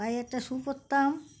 পায়ে একটা শু পড়তাম